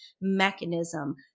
mechanism